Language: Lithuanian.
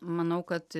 manau kad